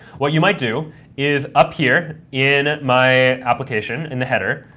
what you might do is up here, in my application in the header,